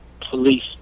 Police